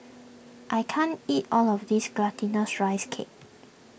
I can't eat all of this Glutinous Rice Cake